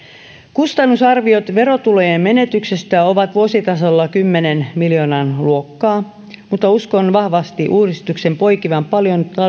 kustannusarviot verotulojen menetyksestä ovat vuositasolla kymmenen miljoonan luokkaa mutta uskon vahvasti uudistuksen poikivan paljon